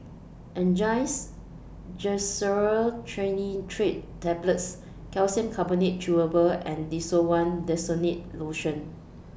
Angised Glyceryl Trinitrate Tablets Calcium Carbonate Chewable and Desowen Desonide Lotion